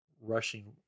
rushing